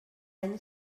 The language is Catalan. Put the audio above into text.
any